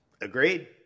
Agreed